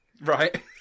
Right